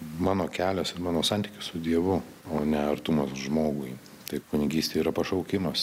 mano kelias ir mano santykis su dievu o ne artumas žmogui taip kunigystė yra pašaukimas